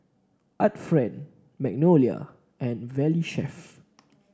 Art Friend Magnolia and Valley Chef